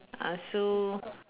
uh so